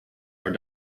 are